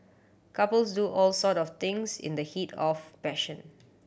couples do all sort of things in the heat of passion